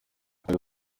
ariko